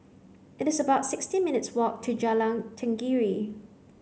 it is about sixteen minutes' walk to Jalan Tenggiri